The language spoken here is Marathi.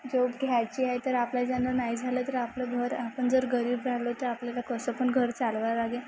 जॉब घ्यायची आहे तर आपल्याच्यानं नाही झालं तर आपलं घर आपण जर गरीब राहिलो तर आपल्याला कसं पण घर चालवायला लागेल